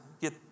get